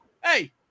hey